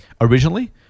originally